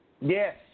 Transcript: Yes